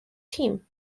team